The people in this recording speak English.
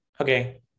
okay